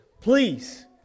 please